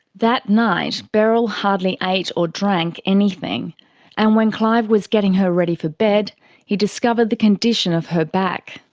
that night beryl hardly ate or drank anything and when clive was getting her ready for bed he discovered the condition of her back.